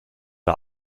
der